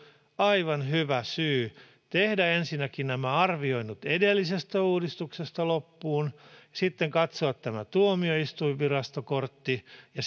aivan hyvä syy tehdä ensinnäkin nämä arvioinnit edellisestä uudistuksesta loppuun sitten katsoa tämä tuomioistuinvirastokortti ja